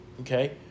okay